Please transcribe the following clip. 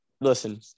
listen